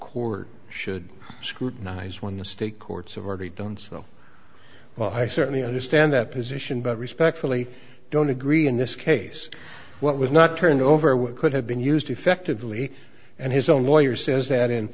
court should scrutinize when the state courts have already done so well i certainly understand that position but respectfully i don't agree in this case what was not turned over what could have been used effectively and his own lawyer says that in